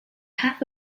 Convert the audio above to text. half